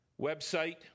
website